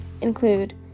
include